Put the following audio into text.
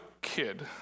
kid